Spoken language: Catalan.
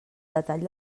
detall